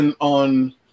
on